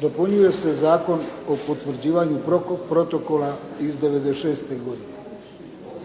dopunjuje se Zakon o potvrđivanju protokola iz '96. godine.